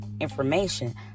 information